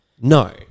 No